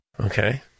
Okay